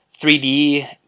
3D